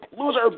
Loser